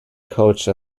coach